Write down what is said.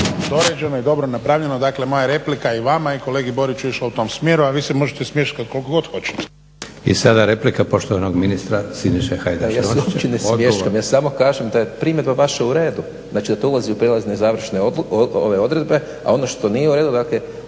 dorađeno i dobro napravljeno, dakle moja je replika i vama i kolegi Boriću išla u tom smjeru a vi se možete smješkati koliko god hoćete. **Leko, Josip (SDP)** I sada replika poštovanog ministra Siniše Hajdaš Dončića. **Hajdaš Dončić, Siniša (SDP)** Pa ja se uopće ne smješkam, ja samo kažem da je primjedba vaša u redu, znači da to ulazi u prijelazne i završne odredbe a ono što nije u redu, dakle